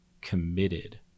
committed